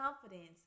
confidence